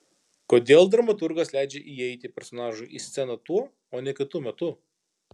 kodėl dramaturgas leidžia įeiti personažui į sceną tuo o ne kitu metu